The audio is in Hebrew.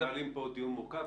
אנחנו מנהלים פה דיון מורכב,